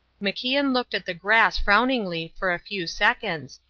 macian looked at the grass frowningly for a few seconds,